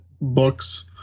books